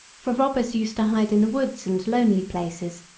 for robbers used to hide in the woods and lonely places,